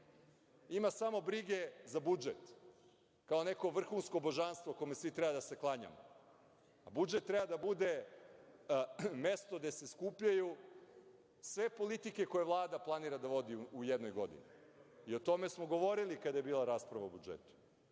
Ima samo brige za budžet, kao neko vrhunsko božanstvo kome svi treba da se klanjamo. Budžet treba da bude mesto gde se skupljaju sve politike koje Vlada planira da vodi u jednoj godini i o tome smo govorili kada je bila rasprava o budžetu.